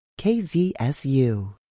KZSU